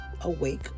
awake